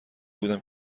بودم